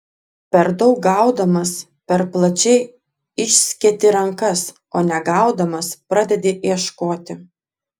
per daug gaudamas per plačiai išsketi rankas o negaudamas pradedi ieškoti